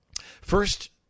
First